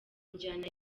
njyana